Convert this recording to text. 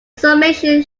summation